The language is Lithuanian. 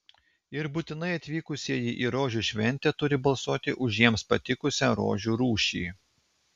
ir būtinai atvykusieji į rožių šventę turi balsuoti už jiems patikusią rožių rūšį